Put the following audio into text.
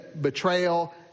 betrayal